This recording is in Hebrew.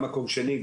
גם מקום שני,